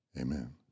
amen